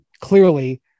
clearly